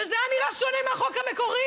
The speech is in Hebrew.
וזה היה נראה שונה מהחוק המקורי.